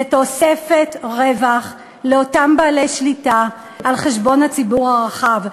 זה תוספת רווח לאותם בעלי שליטה על חשבון הציבור הרחב.